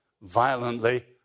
violently